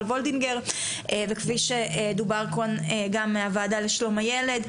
וולדיגר וכפי שדובר כאן גם מהוועדה לשלום הילד,